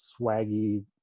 swaggy